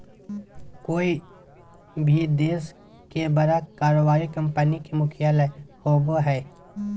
कोय भी देश के बड़ा कारोबारी कंपनी के मुख्यालय होबो हइ